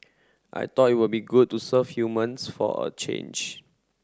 I thought it would be good to serve humans for a change